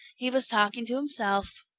he was talking to himself.